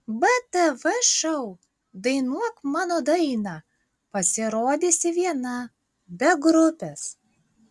btv šou dainuok mano dainą pasirodysi viena be grupės